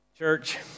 church